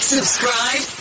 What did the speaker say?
Subscribe